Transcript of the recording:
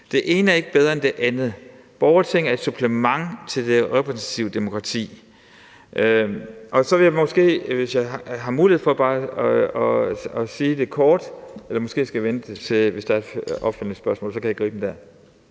Det ene er ikke bedre det andet. Borgerting er et supplement til det repræsentative demokrati. Og så vil jeg måske, hvis jeg har mulighed for bare at sige det kort ... eller måske skal jeg vente. Hvis der er et opfølgende spørgsmål, kan jeg gribe den der.